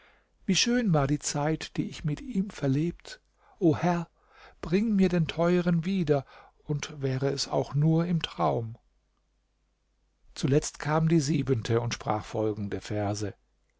wie schön war die zeit die ich mit ihm verlebt o herr bring mir den teuren wieder und wäre es auch nur im traum zuletzt kam die siebente und sprach folgende verse